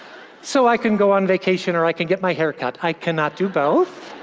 so, i can go on vacation or i can get my hair cut. i cannot do both.